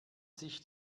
sich